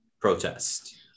protest